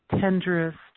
tenderest